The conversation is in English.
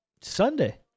Sunday